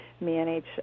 manage